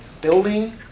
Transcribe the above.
building